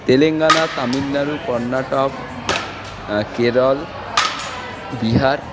Telangana Tamil Nadu Karnataka Kerala Bihar